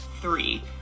Three